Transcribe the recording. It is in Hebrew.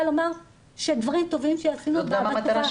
לומר שדברים טובים שעשינו בתקופה האחרונה.